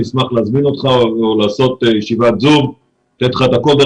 אני אשמח להזמין אותך או לעשות ישיבת זום ולהראות לך את הכול.